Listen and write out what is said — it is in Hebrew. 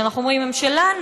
שאנחנו אומרים: הן שלנו,